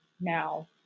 now